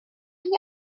chi